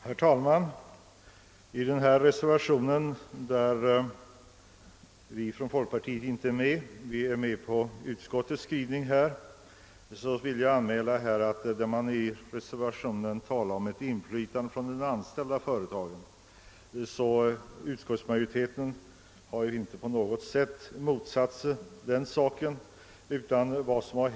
Herr talman! I denna reservation som inte har biträtts av folkpartiet — vi är med på utskottets skrivning — talar man om ett inflytande från de anställda i företaget. Utskottsmajoriteten har inte på något sätt motsatt sig ett sådant inflytande.